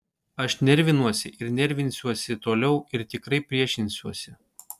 aš nervinuosi ir nervinsiuosi toliau ir tikrai priešinsiuosi